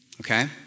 Okay